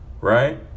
Right